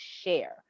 share